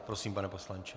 Prosím, pane poslanče.